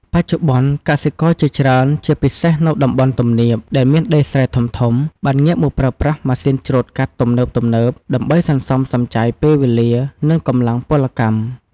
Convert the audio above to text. បច្ចុប្បន្ន កសិករជាច្រើន ជាពិសេសនៅតំបន់ទំនាប ដែលមានដីស្រែធំៗ បានងាកមកប្រើប្រាស់ម៉ាស៊ីនច្រូតកាត់ទំនើបៗ ដើម្បីសន្សំសំចៃពេលវេលា និងកម្លាំងពលកម្ម។